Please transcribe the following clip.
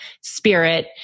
spirit